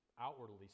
outwardly